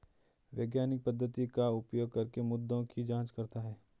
वैज्ञानिक पद्धति का उपयोग करके मुद्दों की जांच करता है